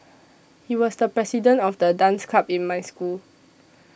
he was the president of the dance club in my school